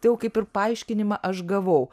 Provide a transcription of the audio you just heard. tai jau kaip ir paaiškinimą aš gavau